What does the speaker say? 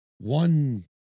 One